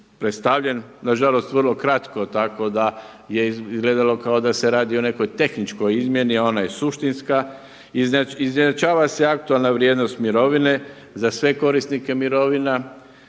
predstavljen nažalost vrlo kratko, tako da je izgledalo kao da se radi o nekoj tehničkoj izmjeni a ona je suštinska, izjednačava se aktualna vrijednost mirovine za sve korisnike mirovina.